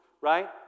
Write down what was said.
right